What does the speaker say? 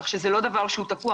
כך שזה לא דבר שהוא תקוע.